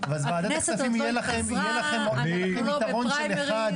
אין מספיק כוח אדם,